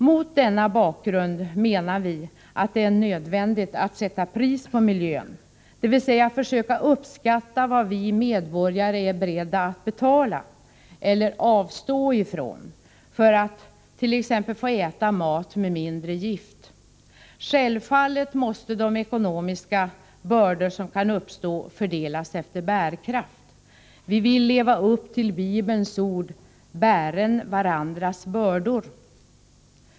Mot denna bakgrund menar vi att det är nödvändigt att ”sätta pris på miljön”, dvs. försöka uppskatta vad vi medborgare är beredda att betala — eller avstå ifrån — för att t.ex. få äta mat med mindre gift. Självfallet måste de ekonomiska bördor som kan uppstå fördelas efter bärkraft. Vi vill leva upp till Bibelns ord: Bären varandras bördor!